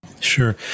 Sure